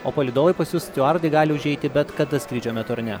o palydovai pas jus stiuardai gali užeiti bet kada skrydžio metu ar ne